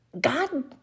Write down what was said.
God